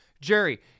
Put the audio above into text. Jerry